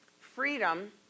Freedom